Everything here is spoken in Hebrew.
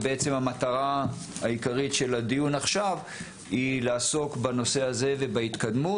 ובעצם המטרה העיקרית של הדיון עכשיו היא לעסוק בנושא הזה ובהתקדמות,